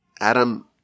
Adam